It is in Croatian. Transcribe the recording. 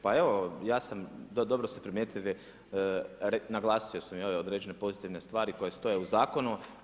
Pa evo ja sam, dobro ste primijetili, naglasio sam i ove određene pozitivne stvari koje stoje u zakonu.